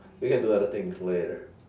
we can do other things later